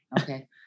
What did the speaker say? Okay